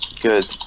Good